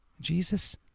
Jesus